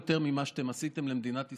יותר ממה שאתם עשיתם למדינת ישראל.